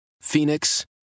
Phoenix